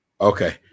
Okay